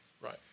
Right